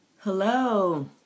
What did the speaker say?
hello